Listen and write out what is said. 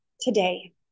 today